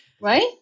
Right